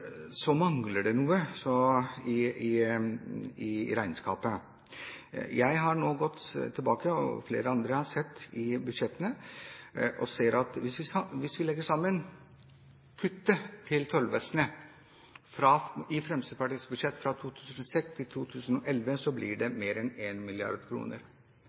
mangler det noe i regnskapet. Jeg og flere andre har nå gått tilbake og sett i budsjettene, og vi ser at hvis vi legger sammen kuttene til tollvesenet i Fremskrittspartiets budsjetter fra 2006 til 2011, blir